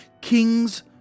Kings